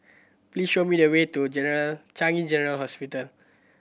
please show me the way to General Changi General Hospital